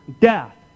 death